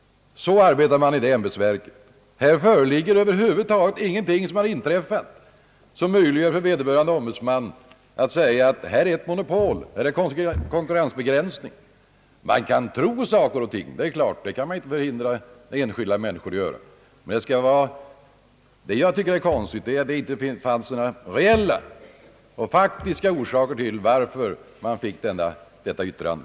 Så arbetar det ämbetsverket. Här har över huvud taget ingenting inträffat som skulle kunna motivera ett uttalande från näringsfrihetsombudsmannen om monopol och konkurrensbegränsning. Man kan tro saker och ting. Det kan man givetvis inte förhindra enskilda människor att göra. Vad jag tycker är konstigt är att det inte fanns några faktiska orsaker till näringsfrihetsombudsmannens yttrande.